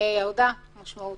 ירדה משמעותית.